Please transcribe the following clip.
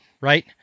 right